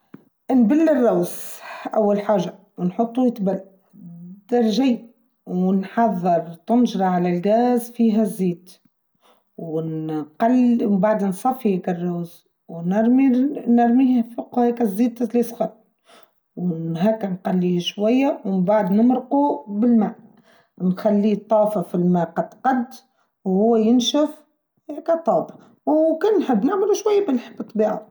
نبلل الرزأول حاجة نحطه يتبل درجة ونحذر طنجرة على الغاز فيها الزيت ونقل ومنبعدها نصفيك الرز ونرميه فوق هيكا الزيت اللي سخن ونهكا نقليه شوية ومنبعد نمرقه بالماء نخليه طافة في الماء قد قد وهو ينشف يكا طاب وكل نحب نعمله شوية بنحب كبير.